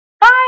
Bye